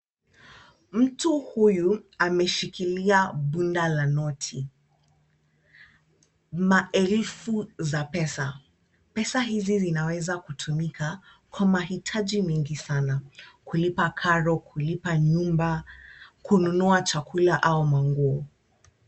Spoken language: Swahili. Mtu huyu ameshilkilia bunda la noti. Maelfu za pesa. Pesa hizi zinaweza kutumika kwa mahitaji mengi sana:kulipa karo, kulipa nyumba, kununua chakula au manguo.